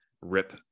rip